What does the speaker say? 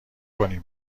کنیم